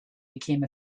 became